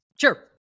Sure